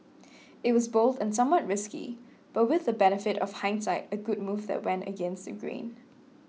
it was bold and somewhat risky but with the benefit of hindsight a good move that went against the grain